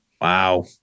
Wow